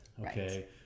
Okay